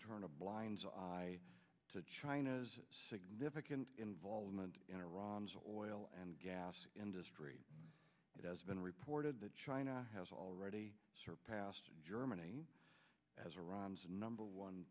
turn a blind eye to china's significant involvement in iraq oil and gas industry it has been reported that china has already surpassed germany as iran's number one